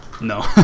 No